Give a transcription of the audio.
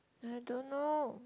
I don't know